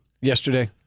yesterday